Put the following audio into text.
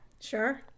Sure